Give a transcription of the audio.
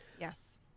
Yes